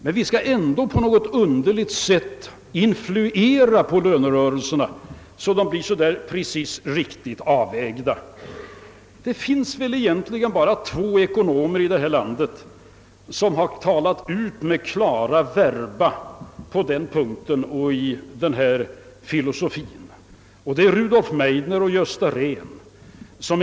Men vi skall ändå på något underligt sätt influera lönerörelserna så att de blir precis riktigt avvägda. Det finns väl egentligen bara två ekonomer i detta land som talat ut i klara verba på den punkten, nämligen Rudolf Meidner och Gösta Rehn.